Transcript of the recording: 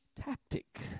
tactic